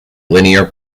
linear